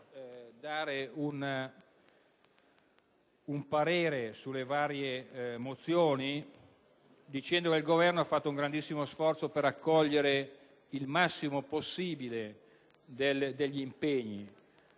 dare un parere sulle varie mozioni dicendo che il Governo ha fatto un grandissimo sforzo per accogliere tutti gli impegni